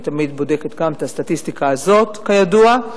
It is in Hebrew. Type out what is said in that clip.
אני תמיד בודקת גם את הסטטיסטיקה הזאת, כידוע.